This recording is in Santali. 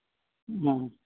ᱦᱮᱸ